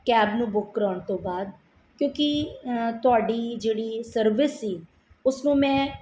cab ਨੂੰ book ਕਰਵਾਉਣ ਤੋਂ ਬਾਅਦ ਕਿਉਂਕਿ ਤੁਹਾਡੀ ਜਿਹੜੀ ਸਰਵਿਸ ਸੀ ਉਸਨੂੰ ਮੈਂ